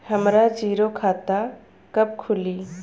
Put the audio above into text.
हमरा जीरो खाता कब खुली?